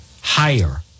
higher